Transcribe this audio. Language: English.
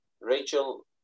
Rachel